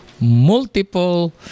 multiple